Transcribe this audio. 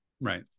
Right